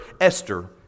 Esther